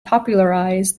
popularize